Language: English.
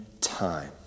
time